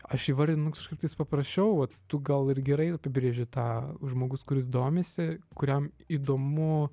aš įvardinu kašaip tais paprasčiau vat tu gal ir gerai apibrėži tą žmogus kuris domisi kuriam įdomu